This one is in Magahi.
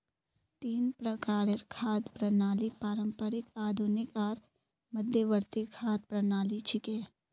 तीन प्रकारेर खाद्य प्रणालि पारंपरिक, आधुनिक आर मध्यवर्ती खाद्य प्रणालि छिके